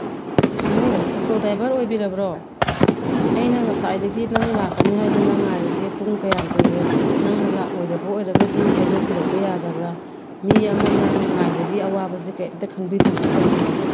hello auto driver ꯑꯣꯏꯕꯤꯔꯕ꯭ꯔꯣ ꯑꯩꯅ ꯉꯁꯥꯏꯗꯒꯤ ꯅꯪ ꯂꯥꯛꯀꯅꯤ ꯍꯥꯏꯗꯅ ꯉꯥꯏꯔꯤꯁꯦ ꯄꯨꯡ ꯀꯌꯥꯝ ꯀꯨꯏꯔꯦ ꯅꯪꯅ ꯂꯥꯛꯂꯣꯏꯗꯕ ꯑꯣꯏꯔꯒꯗꯤ ꯍꯥꯏꯗꯣꯛꯄꯤꯔꯛꯄ ꯌꯥꯗꯕ꯭ꯔꯥ ꯃꯤ ꯑꯃꯅ ꯉꯥꯏꯕꯒꯤ ꯑꯋꯥꯕꯁꯦ ꯀꯩꯝꯇ ꯈꯪꯕꯤꯗ꯭ꯔꯤꯁꯤ ꯀꯔꯤꯒꯤꯅꯣ